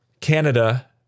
Canada